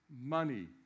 Money